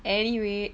anyway